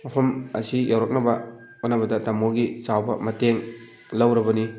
ꯃꯐꯝ ꯑꯁꯤ ꯌꯧꯔꯛꯅꯕ ꯍꯣꯠꯅꯕꯗ ꯇꯥꯃꯣꯒꯤ ꯆꯥꯎꯔꯕ ꯃꯇꯦꯡ ꯂꯧꯔꯕꯅꯤ